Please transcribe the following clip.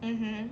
mmhmm